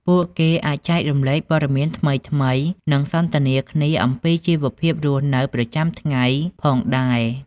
ពួកគេអាចចែករំលែកព័ត៌មានថ្មីៗនិងសន្ទនាគ្នាអំពីជីវភាពរស់នៅប្រចាំថ្ងៃផងដែរ។